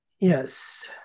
Yes